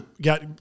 Got